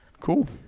Cool